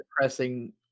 depressing